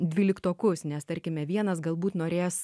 dvyliktokus nes tarkime vienas galbūt norės